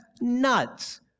nuts